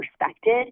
respected